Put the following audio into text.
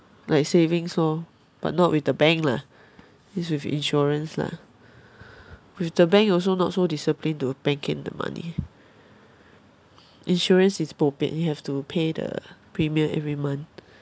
like savings lor but not with the bank lah this with insurance lah with the bank you also not so disciplined to bank in the money insurance is bo pian you have to pay the premium every month